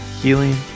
healing